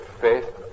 faith